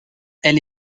elle